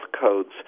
codes